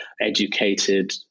educated